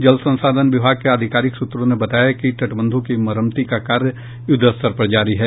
जल संसाधन विभाग के अधिकारिक सूत्रों ने बताया कि तटबंधों के मरम्मती का कार्य युद्धस्तर पर जारी है